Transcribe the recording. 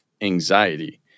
anxiety